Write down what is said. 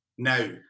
now